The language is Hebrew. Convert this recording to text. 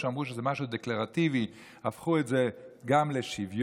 שאמרו שזה משהו דקלרטיבי והפכו את זה גם לשוויון,